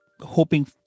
hoping